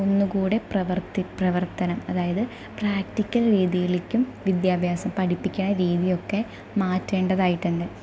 ഒന്ന് കൂടി പ്രവൃത്തി പ്രവർത്തനം അതായത് പ്രാക്ടിക്കൽ രീതിയിലേക്കും വിദ്യാഭ്യാസം പഠിപ്പിക്കുന്ന രീതിയൊക്കെ മാറ്റേണ്ടതായിട്ടുണ്ട്